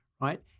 right